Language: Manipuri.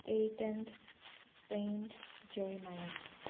ꯏꯁꯇꯩꯇꯦꯟ ꯄꯦꯟ ꯖꯦꯔꯤꯃꯥꯌꯥ